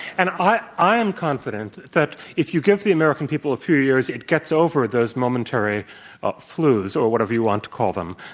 and i i am confident that if you give the american people a few years, it gets over those momentary flus or whatever you want to call them.